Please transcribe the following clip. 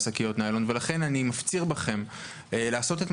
בין אם אתם מצליחים לתפור אותם למידות שלהם ובין אם לאו.